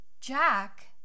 Jack